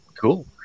Cool